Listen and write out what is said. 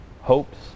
hopes